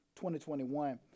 2021